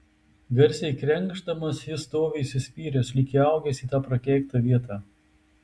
garsiai krenkšdamas jis stovi įsispyręs lyg įaugęs į tą prakeiktą vietą